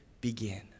begin